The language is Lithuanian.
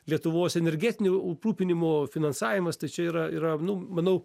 lietuvos energetinio aprūpinimo finansavimas tai čia yra yra nu manau